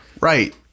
Right